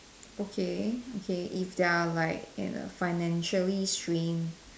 okay okay if they're like in a financially strained